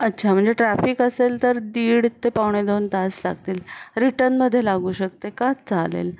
अच्छा म्हणजे ट्रॅफिक असेल तर दीड ते पावणे दोन तास लागतील रिटर्नमध्ये लागू शकते का चालेल